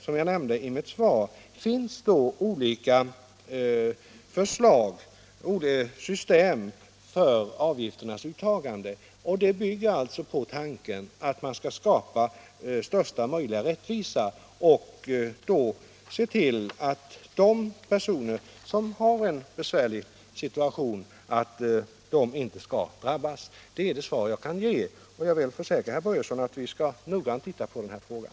Som jag nämnde i mitt svar redovisas i betänkandet olika system för avgifternas uttagande, och de bygger alltså på tanken att man skall skapa största möjliga rättvisa och se till att de personer som har en besvärlig situation inte drabbas. Det är det svar jag kan ge, och jag vill försäkra herr Börjesson att vi noggrant skall titta på den här frågan.